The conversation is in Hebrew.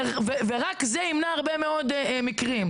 רק זה ימנע הרבה מאוד מקרים.